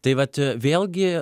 tai vat vėlgi